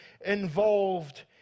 involved